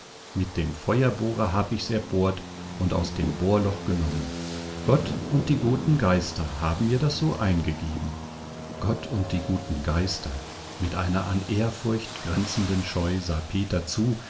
mit dem feuerbohrer hab ich's erbohrt und aus dem bohrloch genommen gott und die guten geister haben mir das so eingegeben gott und die guten geister mit einer an ehrfurcht grenzenden scheu sah peter zu